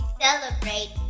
celebrate